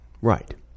Right